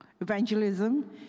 evangelism